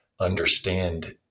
understand